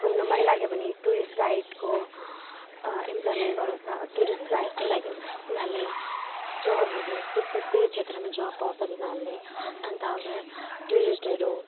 घुम्नु मनलाग्यो भने टुरिस्ट गाइडको इमप्लोइमेन्ट बढाउँछ टुरिस्ट गाइडको लागि तिनीहरूले जबहरू त्यसको त्यो क्षेत्रमा जब पाउँछ तिनीहरूले अन्त अगर टुरिस्टहरू